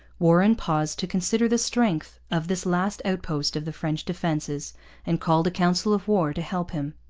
warren paused to consider the strength of this last outpost of the french defences and called a council of war to help him.